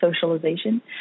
socialization